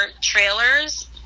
trailers